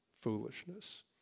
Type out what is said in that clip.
foolishness